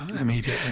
immediately